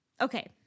okay